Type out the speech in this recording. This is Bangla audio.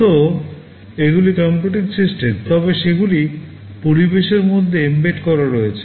এর অর্থ এগুলি কম্পিউটিং সিস্টেম তবে সেগুলি পরিবেশের মধ্যে এম্বেড করা রয়েছে